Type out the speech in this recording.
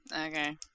Okay